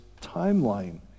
timeline